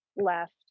left